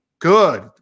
Good